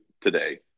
today